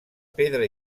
pedra